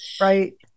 Right